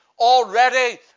already